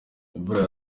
imvura